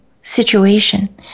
situation